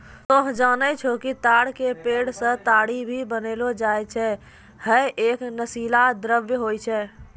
तोहं जानै छौ कि ताड़ के पेड़ सॅ ताड़ी भी बनैलो जाय छै, है एक नशीला द्रव्य होय छै